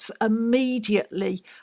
immediately